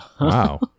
Wow